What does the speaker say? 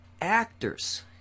actors